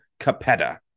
Capetta